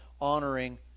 honoring